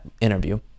interview